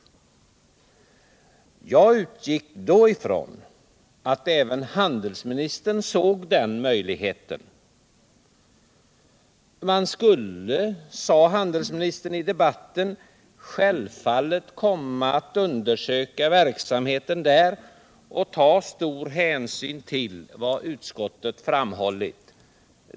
Jag utgick då från att även handelsministern Staffan Burenstam Linder såg den möjligheten. Man skulle, sade handelsministern i debatten, självfallet komma att undersöka verksamheten där och ta stor hänsyn till vad utskottet framhållit.